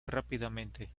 rápidamente